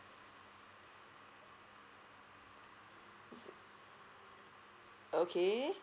okay